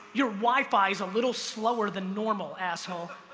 your wifi is a little slower than normal, asshole.